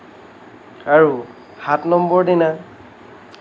আৰু সাত নম্বৰ দিনা